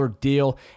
deal